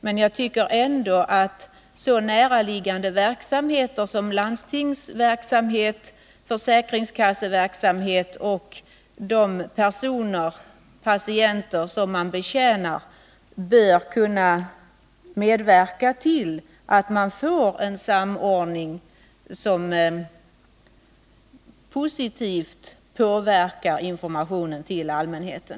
Men när det gäller så näraliggande verksamheter som landstingens och försäkringskassornas bör vi kunna få till stånd en samordning som positivt påverkar informationen till allmänheten.